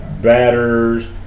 batters